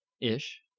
ish